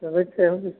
सुबह का टाइम जी